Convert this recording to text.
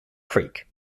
creek